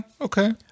Okay